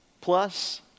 Plus